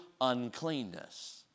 uncleanness